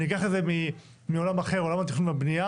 אני אקח את זה מעולם אחר, עולם התכנון והבנייה.